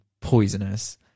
poisonous